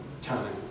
time